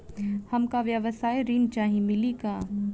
हमका व्यवसाय ऋण चाही मिली का?